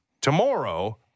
tomorrow